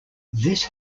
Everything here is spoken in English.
this